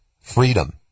freedom